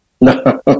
No